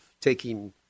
taking